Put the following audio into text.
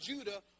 Judah